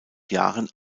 jahren